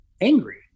angry